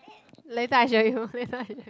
later I show you later I show you